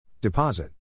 Deposit